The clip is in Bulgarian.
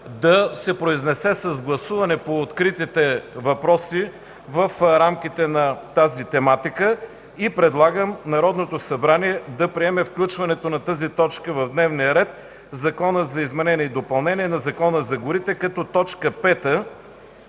да се произнесе с гласуване по откритите въпроси в рамките на тази тематика и предлагам Народното събрание да приеме включването като точка в дневния ред – Закона за изменение и допълнение на Закона за горите, като точка пета,